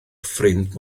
ffrind